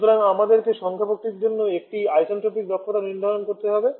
সুতরাং আমাদেরকে সংক্ষেপকটির জন্য একটি আইসেন্ট্রপিক দক্ষতা নির্ধারণ করতে হবে